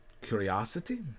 curiosity